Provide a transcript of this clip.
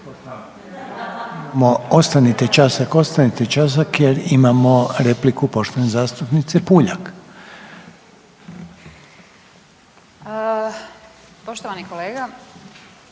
Ostanite časak, ostanite časak jer imamo repliku poštovane zastupnice Puljak. **Puljak,